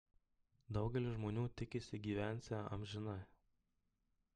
daugelis žmonių tikisi gyvensią amžinai